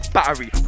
Battery